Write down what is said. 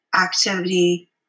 activity